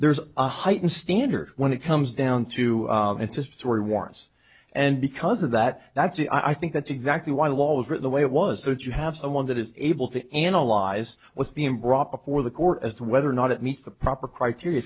there's a heightened standard when it comes down to it just three warrants and because of that that's the i think that's exactly why the wall over the way it was that you have someone that is able to analyze what's being brought before the court as to whether or not it meets the proper criteria